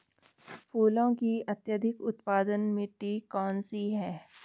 फूलों की अत्यधिक उत्पादन मिट्टी कौन सी है?